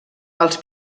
els